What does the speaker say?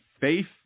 faith